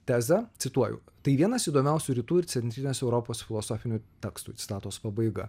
tezę cituoju tai vienas įdomiausių rytų ir centrinės europos filosofinių tekstų citatos pabaiga